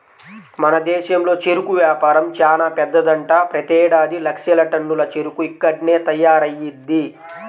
మన దేశంలో చెరుకు వ్యాపారం చానా పెద్దదంట, ప్రతేడాది లక్షల టన్నుల చెరుకు ఇక్కడ్నే తయారయ్యిద్ది